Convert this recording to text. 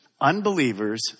Unbelievers